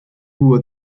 who